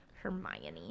Hermione